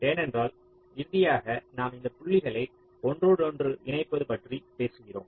ஏனென்றால் இறுதியாக நாம் இந்த புள்ளிகளை ஒன்றோடொன்று இணைப்பது பற்றி பேசுகிறோம்